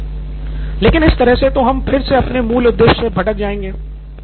नितिन कुरियन लेकिन इस तरह से तो हम फिर से अपने मूल उद्देश्य से भटक जाएंगे